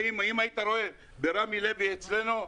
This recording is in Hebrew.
ברמי לוי אצלנו,